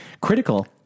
critical